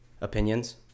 opinions